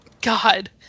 God